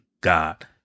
God